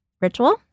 Ritual